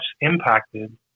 impacted